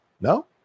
no